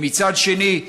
ומצד שני,